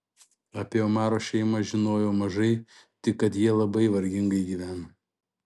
apie omaro šeimą žinojau mažai tik kad jie labai vargingai gyvena